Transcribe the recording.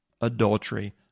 adultery